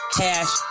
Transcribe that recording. cash